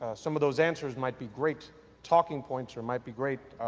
some of those answers might be great talking points or might be great